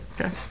okay